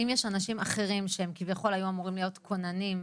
האם יש אנשים אחרים שהם כביכול היו אמורים להיות כוננים,